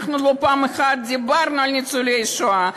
אנחנו לא פעם אחת דיברנו על ניצולי השואה.